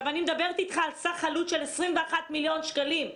אני מדברת על סך עלות של 21 מיליון שקלים,